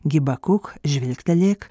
gibakuk žvilgtelėk